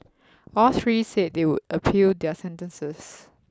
all three said they would appeal their sentences